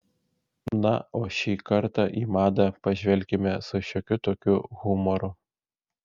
na o šį kartą į madą pažvelkime su šiokiu tokiu humoru